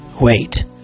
Wait